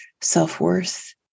self-worth